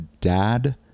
dad